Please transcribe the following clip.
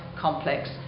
complex